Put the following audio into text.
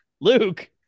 Luke